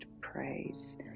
praise